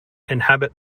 inhabit